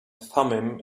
thummim